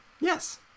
Yes